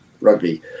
rugby